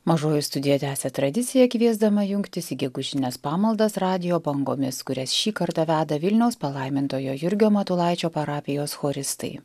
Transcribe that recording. mažoji studija tęsia tradiciją kviesdama jungtis į gegužines pamaldas radijo bangomis kurias šį kartą veda vilniaus palaimintojo jurgio matulaičio parapijos choristai